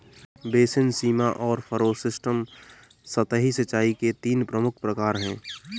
basin, सीमा और furrow system सतही सिंचाई के तीन प्रमुख प्रकार है